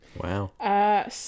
Wow